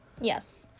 Yes